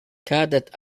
كادت